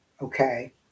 Okay